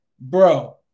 bro